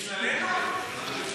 בגללנו?